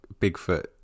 Bigfoot